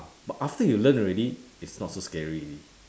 but after you learn already it's not so scary already